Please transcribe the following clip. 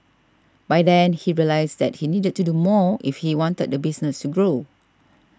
by then he realised that he needed to do more if he wanted the business to grow